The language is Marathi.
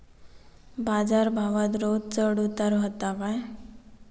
बाजार भावात रोज चढउतार व्हता काय?